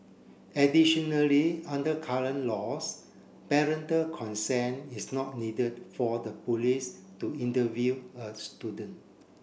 additionally under current laws parental consent is not needed for the police to interview a student